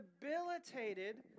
debilitated